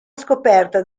scoperta